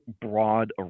broad